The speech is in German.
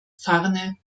farne